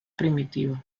primitiva